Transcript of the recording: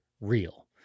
real